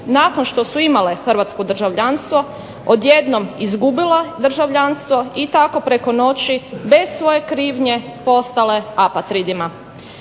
nakon što su imale hrvatsko državljanstvo odjednom izgubile državljanstvo i tako preko noći bez svoje krivnje postale apatridima.